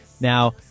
Now